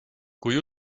kui